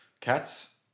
Cats